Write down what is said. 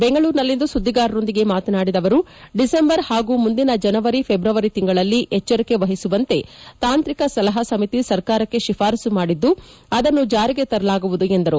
ಬೆಂಗಳೂರಿನಲ್ಲಿಂದು ಸುದ್ದಿಗಾರರೊಂದಿಗೆ ಮಾತನಾಡಿದ ಅವರು ಡಿಸೆಂಬರ್ ಹಾಗೂ ಮುಂದಿನ ಜನವರಿ ಫೆಬ್ರವರಿ ತಿಂಗಳಲ್ಲಿ ಎಚ್ಚರಿಕೆ ವಹಿಸುವಂತೆ ತಾಂತ್ರಿಕ ಸಲಹಾ ಸಮಿತಿ ಸರ್ಕಾರಕ್ಕೆ ಶಿಫಾರಸ್ಸು ಮಾಡಿದ್ದು ಅದನ್ನು ಜಾರಿಗೆ ತರಲಾಗುವುದು ಎಂದರು